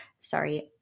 Sorry